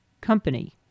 company